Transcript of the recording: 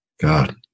God